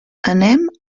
anem